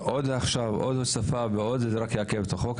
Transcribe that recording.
עוד תוספת רק תעכב את החוק.